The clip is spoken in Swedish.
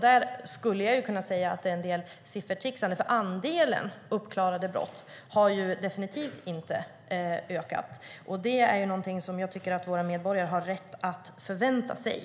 Där skulle jag kunna säga att en del är siffertricksande. Andelen uppklarade brott har definitivt inte ökat. Det är någonting som jag tycker att våra medborgare har att förvänta sig.